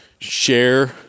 share